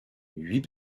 huit